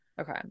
Okay